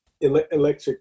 electric